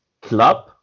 club